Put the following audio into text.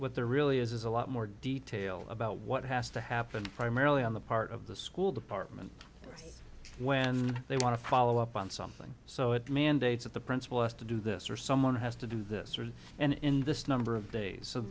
what there really is is a lot more detail about what has to happen primarily on the part of the school department when they want to follow up on something so it mandates that the principal has to do this or someone has to do this or that and in this number of days